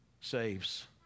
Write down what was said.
saves